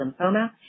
lymphoma